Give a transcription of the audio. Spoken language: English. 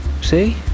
See